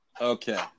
Okay